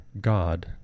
God